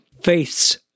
faith's